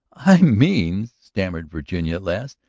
i mean, stammered virginia at last,